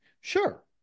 sure